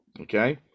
okay